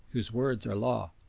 whose words are law.